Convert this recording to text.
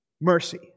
mercy